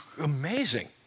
amazing